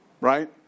right